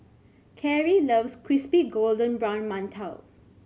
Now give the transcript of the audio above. Cary loves crispy golden brown mantou